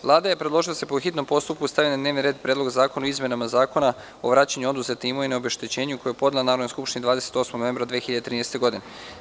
Vlada je predložila da se, po hitnom postupku, stavi na dnevni red Predlog zakona o izmenama Zakona o vraćanju oduzete imovine i obeštećenju, koji je podnela Narodnoj skupštini 28. novembra 2013. godine.